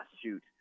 shoot